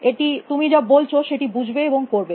এটি তুমি যা বলছ সেটি বুঝবে এবং করবে